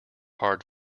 hard